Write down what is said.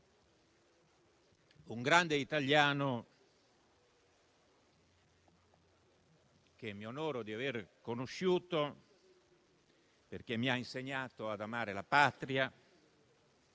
un grande italiano, che mi onoro di aver conosciuto, perché mi ha insegnato ad amare la patria,